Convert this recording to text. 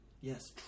Yes